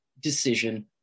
decision